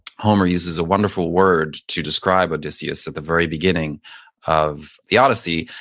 homer uses a wonderful word to describe odysseus at the very beginning of the odyssey.